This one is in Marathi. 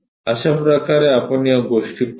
अशा प्रकारे आपण या गोष्टी पाहू